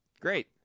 Great